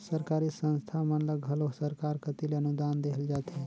सरकारी संस्था मन ल घलो सरकार कती ले अनुदान देहल जाथे